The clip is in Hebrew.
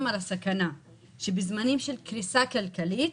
על הסכנה שבזמנים של קריסה כלכלית,